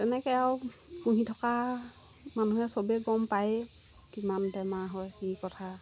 তেনেকৈ আৰু পুহি থকা মানুহে চবেই গম পায়েই কিমান বেমাৰ হয় কি কথা